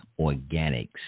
organics